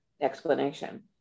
explanation